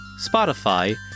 Spotify